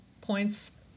points